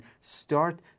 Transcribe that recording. start